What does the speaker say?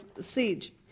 siege